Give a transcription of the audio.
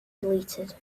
deleted